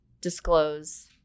disclose